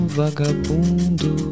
vagabundo